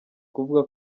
kuvuga